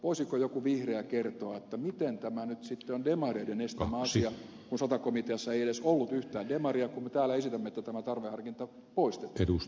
voisiko joku vihreä kertoa miten tämä nyt sitten on demareiden estämä asia kun sata komiteassa ei edes ollut yhtään demaria kun me täällä esitimme että tämä tarveharkinta poistetaan